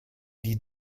die